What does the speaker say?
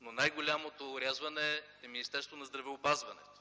но най-голямото орязване е Министерството на здравеопазването.